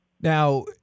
now